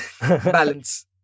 balance